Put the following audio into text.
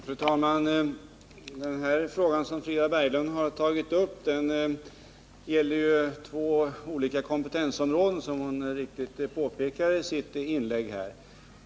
Fru talman! Den fråga som Frida Berglund har tagit upp gäller två olika kompetensområden, vilket hon helt riktigt påpekade i sitt inlägg.